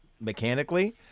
mechanically